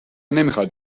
نمیخواد